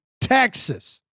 Texas